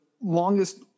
longest